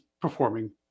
performing